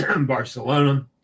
Barcelona